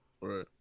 Right